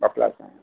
ᱵᱟᱯᱞᱟ ᱥᱟᱸᱣᱦᱟ